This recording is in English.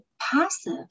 Passive